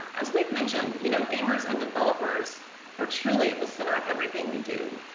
as we've mentioned, you know gamers and developers are truly at the center of everything we do.